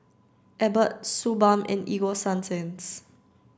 Abbott Suu balm and Ego Sunsense